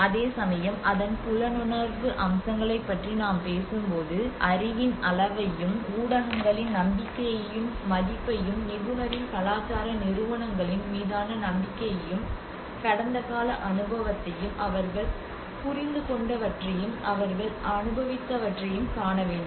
அதேசமயம் அதன் புலனுணர்வு அம்சங்களைப் பற்றி நாம் பேசும்போது அறிவின் அளவையும் ஊடகங்களின் நம்பிக்கையையும் மதிப்பையும் நிபுணரின் கலாச்சார நிறுவனங்களின் மீதான நம்பிக்கையையும் கடந்த கால அனுபவத்தையும் அவர்கள் புரிந்துகொண்டவற்றையும் அவர்கள் அனுபவித்தவற்றையும் காண வேண்டும்